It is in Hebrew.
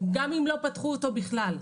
גם אם לא פתחו אותו בכלל.